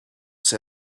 say